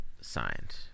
signed